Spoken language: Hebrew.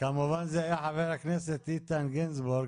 כמובן שזה היה חבר הכנסת גינזבורג,